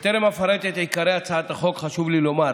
בטרם אפרט את עיקרי הצעת החוק, חשוב לי לומר